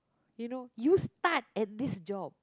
you know you start at this job